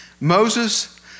Moses